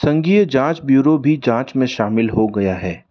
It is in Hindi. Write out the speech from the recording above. संघीय जाँच ब्यूरो भी जाँच में शामिल हो गया है